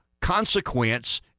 consequence